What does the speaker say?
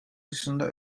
dışında